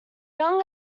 young